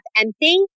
empty